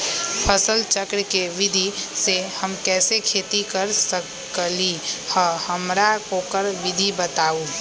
फसल चक्र के विधि से हम कैसे खेती कर सकलि ह हमरा ओकर विधि बताउ?